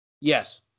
Yes